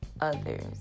others